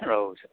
औ सार